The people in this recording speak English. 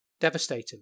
Devastating